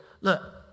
Look